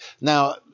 Now